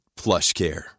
PlushCare